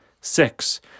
Six